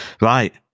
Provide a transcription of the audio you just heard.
Right